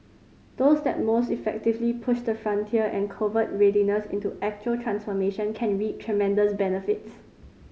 those that most effectively push the frontier and convert readiness into actual transformation can reap tremendous benefits